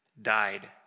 died